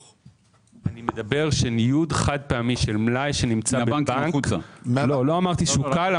אני מדבר שניוד חד פעמי של מלאי לא אמרתי שהוא קל.